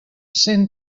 cent